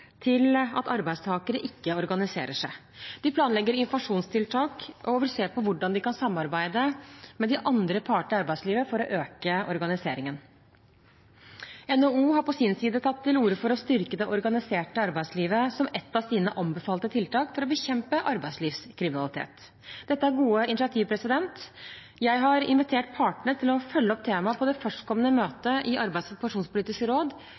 til at arbeidstakere ikke organiserer seg. De planlegger informasjonstiltak og vil se på hvordan de kan samarbeide med de andre partene i arbeidslivet for å øke organiseringen. NHO har på sin side tatt til orde for å styrke det organiserte arbeidslivet som et av sine anbefalte tiltak for å bekjempe arbeidslivskriminalitet. Dette er gode initiativ. Jeg har invitert partene til å følge opp temaet på det førstkommende møtet i Arbeidslivs- og pensjonspolitisk råd